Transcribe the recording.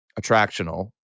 attractional